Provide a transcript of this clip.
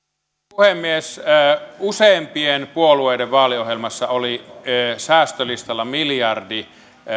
puhemies useimpien puolueiden vaaliohjelmassa oli säästölistalla miljardi